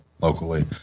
locally